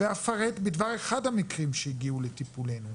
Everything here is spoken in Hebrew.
ואפרט בדבר אחד המקרים שהגיעו לטיפולנו.